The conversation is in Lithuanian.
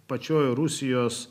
pačioje rusijos